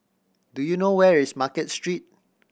do you know where is Market Street